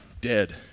dead